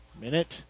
Minute